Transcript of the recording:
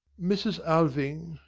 mrs. alving.